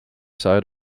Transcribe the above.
side